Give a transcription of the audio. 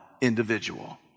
individual